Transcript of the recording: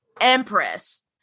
Empress